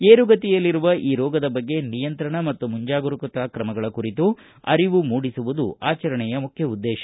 ಏರುಗತಿಯಲ್ಲಿರುವ ಈ ರೋಗದ ಬಗ್ಗೆ ನಿಯಂತ್ರಣ ಮತ್ತು ಮುಂಜಾಗರೂಕತಾ ಕ್ರಮಗಳ ಕುರಿತು ಅರಿವು ಮೂಡಿಸುವುದು ಆಚರಣೆಯ ಮುಖ್ಯ ಉದ್ದೇಶ